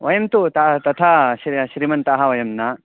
वयं तु ता तथा श्रे श्रीमन्ताः वयं न